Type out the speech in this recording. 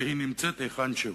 והיא נמצאת היכן שהוא.